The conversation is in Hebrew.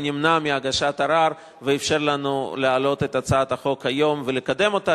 נמנע מהגשת ערר ואפשר לנו להעלות את הצעת החוק היום ולקדם אותה.